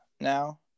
now